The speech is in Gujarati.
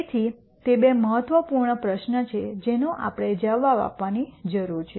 તેથી તે બે મહત્વપૂર્ણ પ્રશ્નો છે જેનો આપણે જવાબ આપવાની જરૂર છે